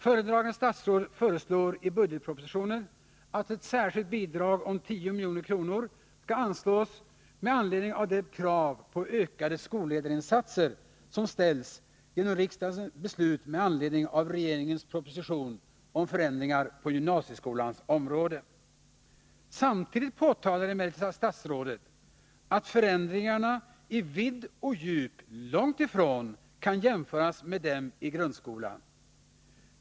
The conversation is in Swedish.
Föredragande statsråd föreslår i budgetpropositionen att ett särskilt bidrag om 10 milj.kr. skall anslås med anledning av de krav på ökade skolledarinsatser som ställs genom riksdagens beslut med anledning av regeringens proposition om förändringar på gymnasieskolans område. Samtidigt framhåller emellertid statsrådet att förändringarna i vidd och djup långtifrån kan jämföras med dem i grundskolan.